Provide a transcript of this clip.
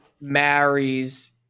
marries